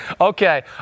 Okay